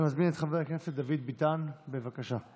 אני מזמין את חבר הכנסת דוד ביטן, בבקשה.